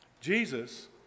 Jesus